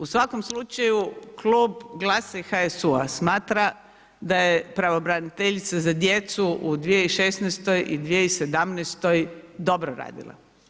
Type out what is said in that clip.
U svakom slučaju klub GLAS-a i HSU-a smatra da je pravobraniteljica za djecu u 2016. i 2017. dobro radila.